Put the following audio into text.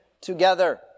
together